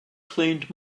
cleaned